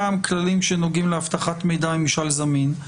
פעם כללים שנוגעים לאבטחת מידע עם ממשל זמין,